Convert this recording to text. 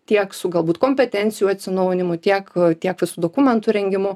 tiek su galbūt kompetencijų atsinaujinimu tiek tiek visų dokumentų rengimu